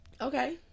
Okay